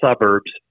suburbs